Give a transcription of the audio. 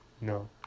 No